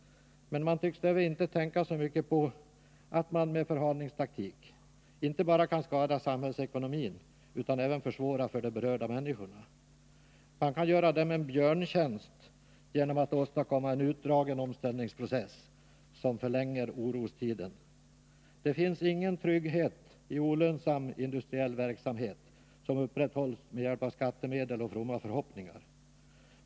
Man tycks därvid inte tänka så mycket på att man med förhalningstaktik inte bara kan skada samhällsekonomin utan även försvåra för de berörda människorna. Man kan göra dem en björntjänst genom att åstadkomma en utdragen omställningsprocess, som förlänger orostiden. Det finns ingen trygghet i olönsam industriell verksamhet, som upprätthålls med hjälp av skattemedel och fromma förhoppningar.